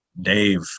Dave